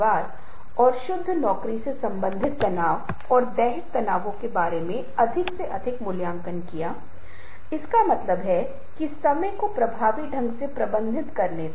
आइए बताते हैं कि कलिपुजा के विभिन्न विस्तृत धार्मिक आयामों के बारे में बात करते हुए छोटे बच्चे वास्तव में उनका ध्यान आकर्षित नहीं कर सकते हैं